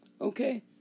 Okay